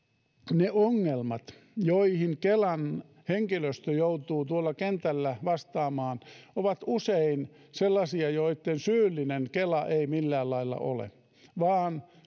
ne ongelmat joihin kelan henkilöstö joutuu tuolla kentällä vastaamaan ovat usein sellaisia joihin syyllinen kela ei millään lailla ole vaan